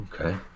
Okay